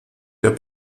der